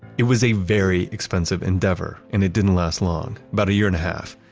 it was a very expensive endeavor and it didn't last long, about a year and a half,